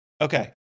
Okay